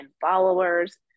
followers